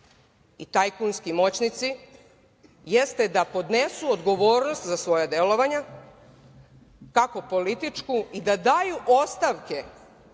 i tajkunski moćnici jeste da podnesu odgovornost za svoja delovanja, kako političku, i da daju ostavke